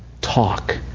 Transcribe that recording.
Talk